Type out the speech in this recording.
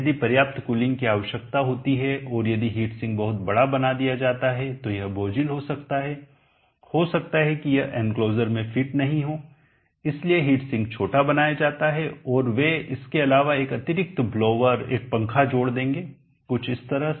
यदि पर्याप्त कूलिंग की आवश्यकता होती है और यदि हीट सिंक बहुत बड़ा बना दिया जाता है तो यह बोझिल हो सकता है हो सकता है कि यह एंक्लोजर बाड़े में फिट नहीं हो इसलिए हीट सिंक छोटा बनाया जाता है ओर वे इसके अलावा एक अतिरिक्त ब्लोअर एक पंखा जोड़ देंगे कुछ इस तरह से